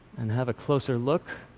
and have a closer look.